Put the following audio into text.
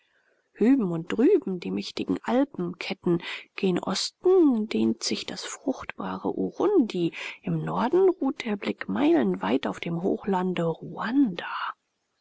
hüben und drüben die mächtigen alpenketten gen osten dehnt sich das fruchtbare urundi im norden ruht der blick meilenweit auf dem hochlande ruanda